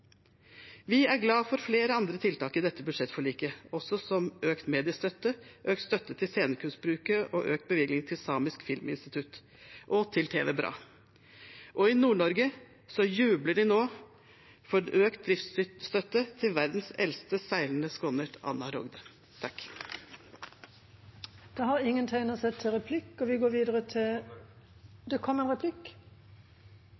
Vi er glad for flere andre tiltak i dette budsjettforliket, som økt mediestøtte, økt støtte til Scenekunstbruket og økt bevilgning til Samisk Filminstitutt og til TV BRA. I Nord-Norge jubler de nå for økt driftsstøtte til verdens eldste seilende skonnert, «Anna Rogde». Det blir replikkordskifte. Jeg våknet da